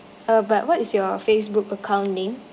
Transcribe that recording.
uh but what is your Facebook account name